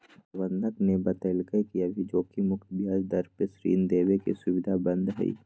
प्रबंधक ने बतल कई कि अभी जोखिम मुक्त ब्याज दर पर ऋण देवे के सुविधा बंद हई